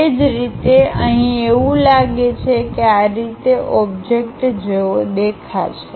એ જ રીતે અહીં એવું લાગે છે કે આ રીતે ઓબ્જેક્ટ જેવો દેખાશે